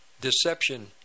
Deception